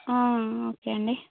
okay అండి